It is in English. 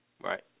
Right